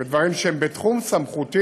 הוריתי בדברים שהם בתחום סמכותי,